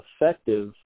effective